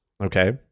okay